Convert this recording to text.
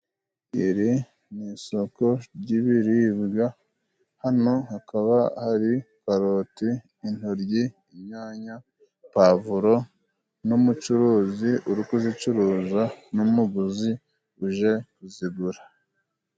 Iri ni isoko ry'ibiribwa hano hakaba hari karoti, intoryi, inyanya, pavuro n'umucuruzi uri kuzicuruza n'umuguzi uje kuzigura.